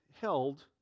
held